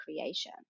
creation